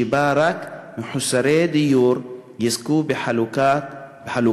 שבה רק מחוסרי דיור יזכו בחלקות,